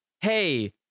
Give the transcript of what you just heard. hey